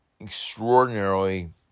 Extraordinarily